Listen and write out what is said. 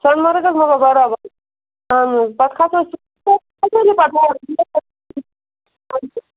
سۄنمَرٕگ حظ مطلب بَرابَر اۭں پَتہٕ کھسو